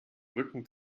rücken